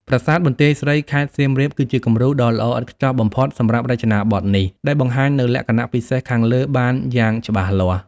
ប្រាសាទបន្ទាយស្រី (ខេត្តសៀមរាប) គឺជាគំរូដ៏ល្អឥតខ្ចោះបំផុតសម្រាប់រចនាបថនេះ ដែលបង្ហាញនូវលក្ខណៈពិសេសខាងលើបានយ៉ាងច្បាស់លាស់។